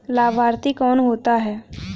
लाभार्थी कौन होता है?